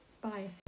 Bye